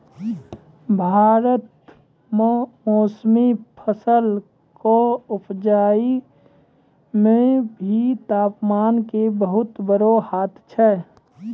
भारत मॅ मौसमी फसल कॅ उपजाय मॅ भी तामपान के बहुत बड़ो हाथ छै